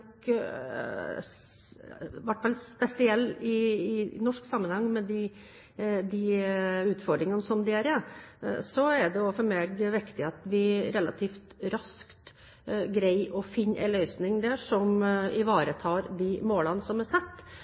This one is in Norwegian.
i norsk sammenheng – er det også viktig for meg at vi relativt raskt greier å finne en løsning der som ivaretar de målene som er satt.